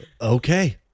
Okay